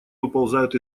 выползают